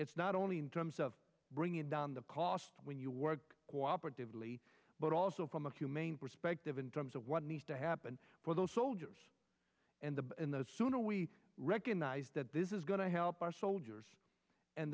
it's not only in terms of bringing down the cost when you work cooperatively but also from a humane perspective in terms of what needs to happen for those soldiers and the sooner we recognize that this is going to help our soldiers and